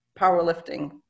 powerlifting